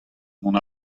mont